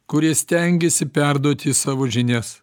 kurie stengiasi perduoti savo žinias